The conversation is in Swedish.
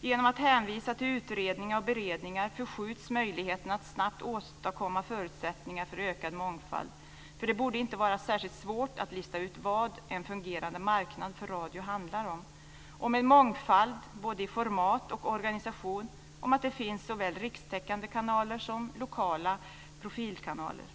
Genom att hänvisa till utredningar och beredningar förskjuts möjligheten att snabbt åstadkomma förutsättningar för ökad mångfald. Det borde ju inte vara särskilt svårt att lista ut vad en fungerande marknad för radio handlar om. Det handlar om en mångfald både i format och organisation och om att det finns såväl rikstäckande kanaler som lokala profilkanaler.